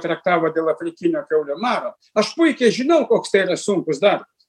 traktavo dėl afrikinio kiaulių maro aš puikiai žinau koks tai yra sunkus darbas